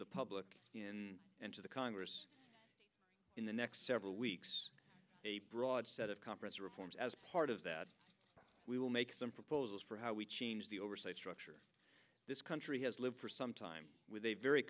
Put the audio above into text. the public and to the congress in the next several weeks a broad set of conference reforms as part of that we will make some proposals for how we change the oversight structure of this country has lived for some time with a very